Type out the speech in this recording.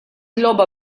logħba